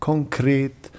Concreet